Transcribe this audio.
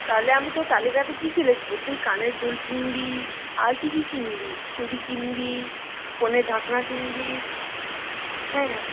তাহলে আমি তোর তালিকাতে কি কি লিখবো তুই কানের দুল কিনবি আর কি কি কিনবি চুড়ি কিনবি ফোনের ঢাকনা কিনবি হ্যাঁ হ্যাঁ